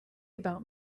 about